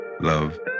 love